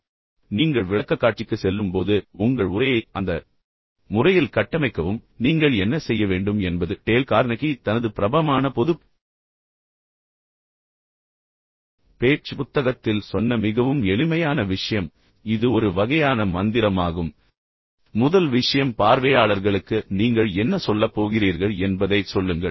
எனவே நீங்கள் உண்மையில் விளக்கக்காட்சிக்குச் செல்லும்போது உங்கள் உரையை அந்த முறையில் கட்டமைக்கவும் நீங்கள் என்ன செய்ய வேண்டும் என்பது டேல் கார்னகி தனது பிரபலமான பொதுப் பேச்சு புத்தகத்தில் சொன்ன மிகவும் எளிமையான விஷயம் இது ஒரு வகையான மந்திரமாகும் முதல் விஷயம் பார்வையாளர்களுக்கு நீங்கள் என்ன சொல்லப் போகிறீர்கள் என்பதைச் சொல்லுங்கள்